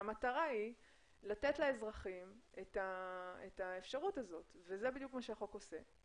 המטרה היא לתת לאזרחים את האפשרות הזאת וזה בדיוק מה שהחוק עושה.